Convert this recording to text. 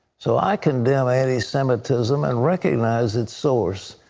so i condemn anti-semitism and recognize its source.